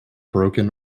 broken